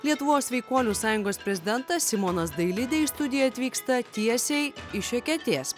lietuvos sveikuolių sąjungos prezidentas simonas dailidė į studiją atvyksta tiesiai iš eketės